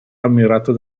ammirato